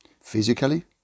physically